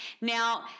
now